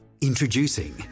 Introducing